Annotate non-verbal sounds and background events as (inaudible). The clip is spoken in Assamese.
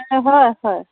(unintelligible) হয় হয়